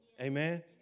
Amen